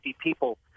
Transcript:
people